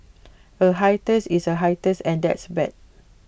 A hiatus is A hiatus and that's bad